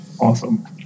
awesome